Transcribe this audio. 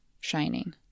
shining